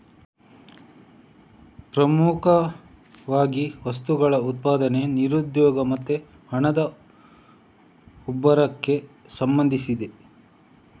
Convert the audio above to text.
ಪ್ರಮುಖವಾಗಿ ವಸ್ತುಗಳ ಉತ್ಪಾದನೆ, ನಿರುದ್ಯೋಗ ಮತ್ತೆ ಹಣದ ಉಬ್ಬರಕ್ಕೆ ಸಂಬಂಧಿಸಿದೆ